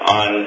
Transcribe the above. on